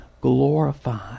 glorified